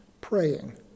praying